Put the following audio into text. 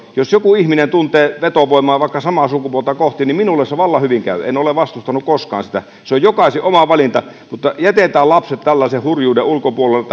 jos joku ihminen tuntee vetovoimaa vaikka samaa sukupuolta kohti niin minulle se vallan hyvin käy en ole vastustanut koskaan sitä se on jokaisen oma valinta mutta jätetään lapset tällaisen hurjuuden ulkopuolelle